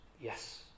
Yes